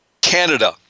Canada